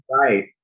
Right